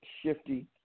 shifty